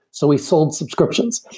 so we sold subscriptions.